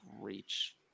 reach